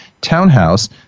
townhouse